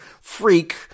freak